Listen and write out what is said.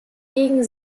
gegen